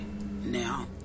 Now